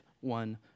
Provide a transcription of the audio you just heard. one